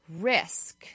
risk